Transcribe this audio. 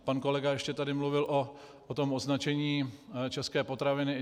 Pan kolega ještě tady mluvil o tom označení české potraviny.